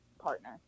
partner